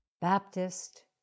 Baptist